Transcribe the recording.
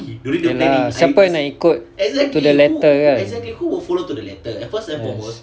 ya lah siapa nak ikut to the letter kan yes